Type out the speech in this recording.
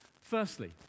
Firstly